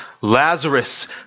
Lazarus